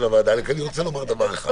אני רוצה רק לומר לך דבר אחד.